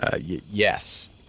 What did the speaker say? Yes